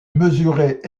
mesurait